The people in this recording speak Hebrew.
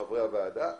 חברי הוועדה,